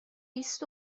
بیست